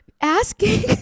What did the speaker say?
asking